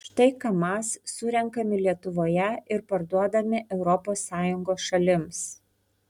štai kamaz surenkami lietuvoje ir parduodami europos sąjungos šalims